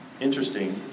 interesting